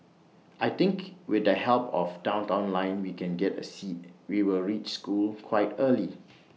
I think with the help of downtown line we can get A seat we'll reach school quite early